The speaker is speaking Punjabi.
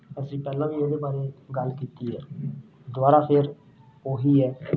ਅਸੀਂ ਵੀ ਪਹਿਲਾਂ ਵੀ ਉਹਦੇ ਬਾਰੇ ਗੱਲ ਕੀਤੀ ਹੈ ਦੁਆਰਾ ਫੇਰ ਉਹੀ ਹੈ